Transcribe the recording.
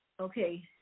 Okay